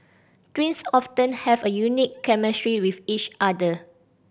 twins often have a unique chemistry with each other